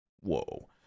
whoa